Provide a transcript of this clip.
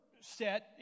set